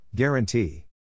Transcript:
Guarantee